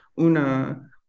una